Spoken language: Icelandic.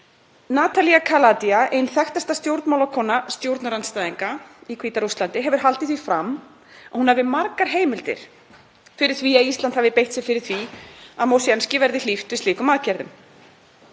Natalia Kaladia, ein þekktasta stjórnmálakona stjórnarandstæðinga í Hvíta-Rússlandi, hefur haldið því fram að hún hafi margar heimildir fyrir því að Ísland hafi beitt sér fyrir því að Moshensky verði hlíft við slíkum aðgerðum.